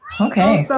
Okay